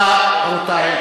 תודה, רבותי.